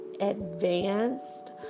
advanced